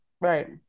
Right